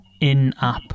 in-app